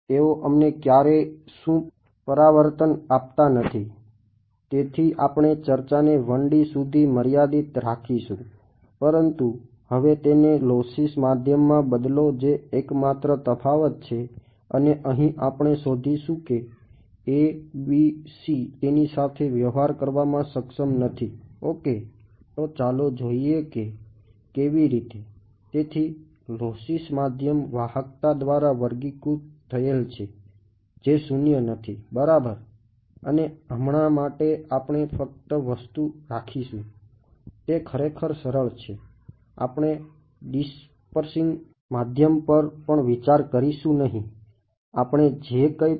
તેઓ અમને ક્યારેય શું પરાવર્તન આપતા નથી તેથી આપણે ચર્ચાને 1 D સુધી મર્યાદિત માધ્યમ પર પણ વિચાર કરીશું નહીં આપણે જે કઈ પણ